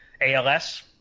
ALS